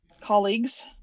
colleagues